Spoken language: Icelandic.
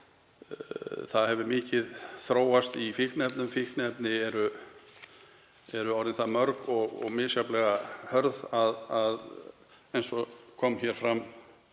Það hefur mikið þróast í fíkniefnum, þau eru orðin það mörg og misjafnlega hörð og, eins og kom fram